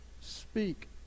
speak